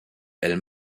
elle